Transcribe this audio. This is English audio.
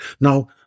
Now